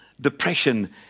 depression